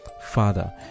father